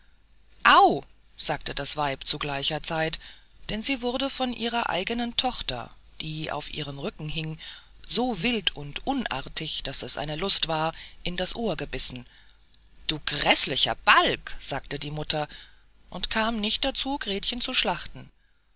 au sagte das weib zu gleicher zeit denn sie wurde von ihrer eigenen tochter die auf ihrem rücken hing so wild und unartig daß es eine lust war in das ohr gebissen du häßlicher balg sagte die mutter und kam nicht dazu gretchen zu schlachten